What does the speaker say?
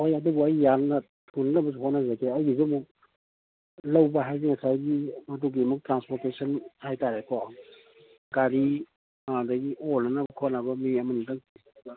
ꯍꯣꯏ ꯑꯗꯨꯕꯨ ꯑꯩ ꯌꯥꯅꯕ ꯊꯨꯅꯅꯕꯁꯨ ꯍꯣꯠꯅꯖꯒꯦ ꯑꯩꯒꯤꯁꯨ ꯑꯃꯨꯛ ꯂꯧꯕ ꯍꯥꯏꯕꯁꯦ ꯉꯁꯥꯏꯒꯤ ꯃꯗꯨꯒꯤ ꯑꯃꯨꯛ ꯇ꯭ꯔꯥꯟꯁꯄꯣꯔꯇꯦꯁꯟ ꯍꯥꯏꯇꯔꯦꯀꯣ ꯒꯥꯔꯤ ꯑꯥꯗꯒꯤ ꯑꯣꯟꯅꯅꯕ ꯈꯣꯠꯅꯕ ꯃꯤ ꯑꯃꯅꯤꯗꯪ